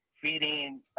feeding